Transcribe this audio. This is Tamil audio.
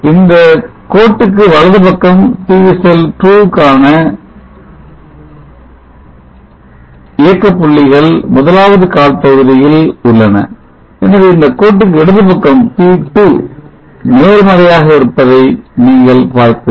இந்தப் கோட்டுக்கு வலது பக்கம் PV செல் 2 க்கான இயக்க புள்ளிகள் முதலாவது கால் பகுதியில் உள்ளன எனவே இந்த கோட்டுக்கு இடதுபக்கம் P2 நேர்மறையாக இருப்பதை நீங்கள் பார்க்கிறீர்கள்